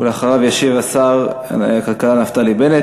אחריו ישיב שר הכלכלה נפתלי בנט.